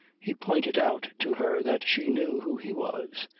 he pointed out to her that she knew who he was.